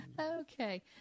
Okay